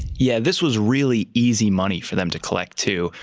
yeah this was really easy money for them to collect, too,